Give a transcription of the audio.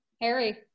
Harry